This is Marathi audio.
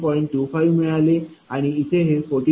25 मिळाले आणि इथे हे 14